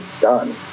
done